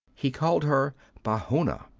he called her bahouna,